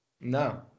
No